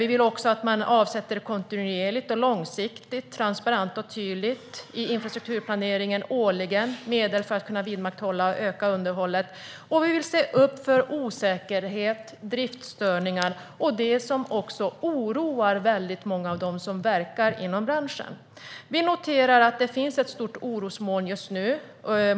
Vi vill också att man i infrastrukturplaneringen kontinuerligt, långsiktigt, transparent och tydligt årligen avsätter medel för att vidmakthålla och öka underhållet. Vi måste även se upp för osäkerhet, driftsstörningar och sådant som också oroar många i branschen. Vi noterar att det finns ett stort orosmoln just nu.